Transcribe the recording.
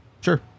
Sure